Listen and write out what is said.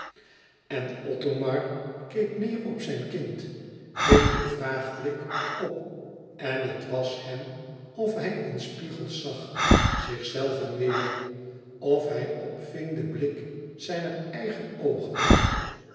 othomar keek neêr op zijn kind ving dien vraagblik op en het was hem of hij in spiegels zag zichzelven weêr of hij opving den blik zijner eigen oogen